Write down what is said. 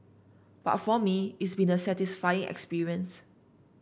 but for me it's been a satisfying experience